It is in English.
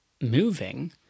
moving